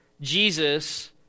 Jesus